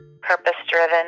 purpose-driven